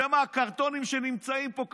שהם הקרטונים שנמצאים פה,